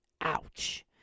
Ouch